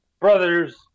brother's